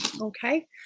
Okay